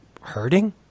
hurting